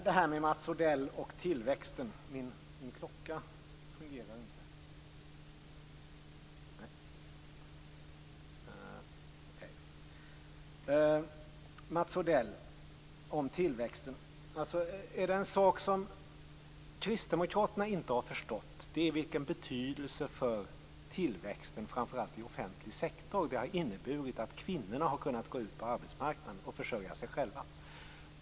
Mats Odell, är det en sak i fråga om tillväxten som kristdemokraterna inte har förstått är det vilken betydelse, framför allt i offentlig sektor, det har haft att kvinnorna har kunnat gå ut på arbetsmarknaden och försörja sig själva.